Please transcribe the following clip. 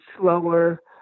slower